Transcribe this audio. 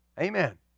Amen